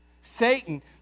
Satan